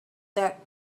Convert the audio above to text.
that